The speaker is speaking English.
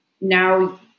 now